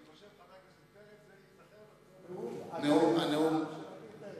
חבר הכנסת עמיר פרץ ייזכר בנאום, של עמיר פרץ.